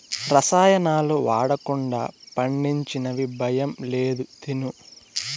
రసాయనాలు వాడకుండా పండించినవి భయం లేదు తిను